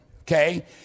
okay